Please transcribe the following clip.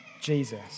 Jesus